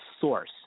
source